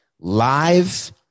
Live